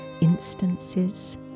instances